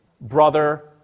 brother